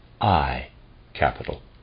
I-capital